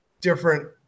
different